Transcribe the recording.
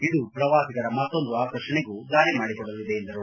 ಇದು ಪ್ರವಾಸಿಗರ ಮತ್ತೊಂದು ಆಕರ್ಷಣೆಗೂ ದಾರಿ ಮಾಡಿಕೊಡಲಿದೆ ಎಂದರು